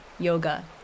Yoga